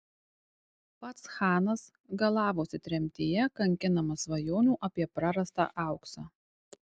pats chanas galavosi tremtyje kankinamas svajonių apie prarastą auksą